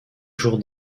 jours